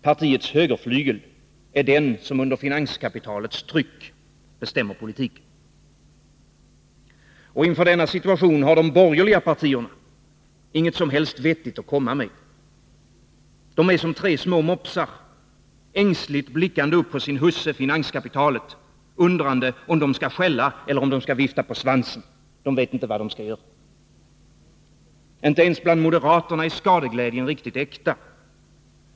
Partiets högerflygel är den som under finanskapitalets tryck bestämmer politiken. Och inför denna situation har de borgerliga partierna inget vettigt att komma med. De är som tre små mopsar, ängsligt blickande upp på sin husse, finanskapitalet, undrande om de skall skälla eller vifta på svansen. Det vet inte vad de skall göra. Inte ens bland moderaterna är skadeglädjen riktigt äkta.